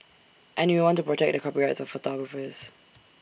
and we want to protect the copyrights of photographers